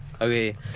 Okay